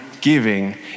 giving